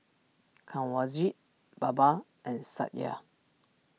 Kanwaljit Baba and Satya